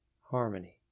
harmony